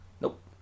Nope